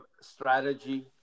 strategy